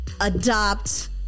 adopt